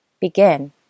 Begin